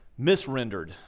misrendered